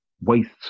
wastes